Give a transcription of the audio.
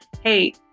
hey